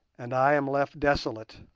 and i am left desolate.